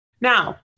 Now